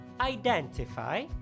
identify